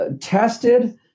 Tested